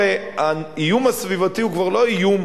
הרי האיום הסביבתי הוא כבר לא איום,